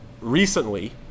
recently